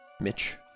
Mitch